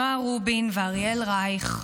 נועה רובין ואריאל רייך,